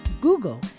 Google